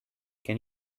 can